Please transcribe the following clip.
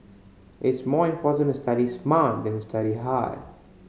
it's more important to study smart than to study hard